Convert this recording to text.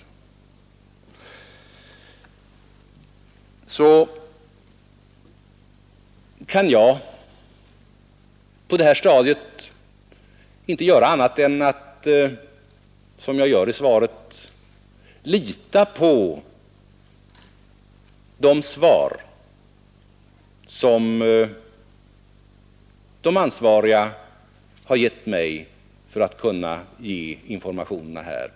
Där kan jag på nuvarande stadium inte göra annat än lita på de svar som de ansvariga har givit mig för att jag här skall kunna lämna informationer.